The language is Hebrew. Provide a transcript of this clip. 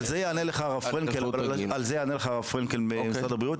על זה יענה לך הרב פרנקל ממשרד הבריאות,